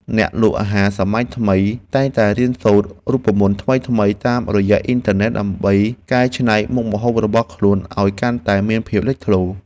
អ្នកលក់អាហារសម័យថ្មីតែងតែរៀនសូត្ររូបមន្តថ្មីៗតាមរយៈអ៊ីនធឺណិត ដើម្បីកែច្នៃមុខម្ហូបរបស់ខ្លួនឱ្យកាន់តែមានភាពលេចធ្លោ។